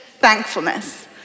thankfulness